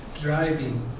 driving